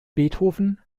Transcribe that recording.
beethoven